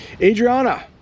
Adriana